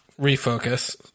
refocus